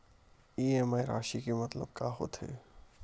EMI राशि के मतलब का होथे?